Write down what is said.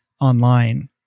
online